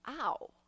Ow